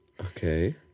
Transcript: Okay